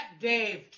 Dave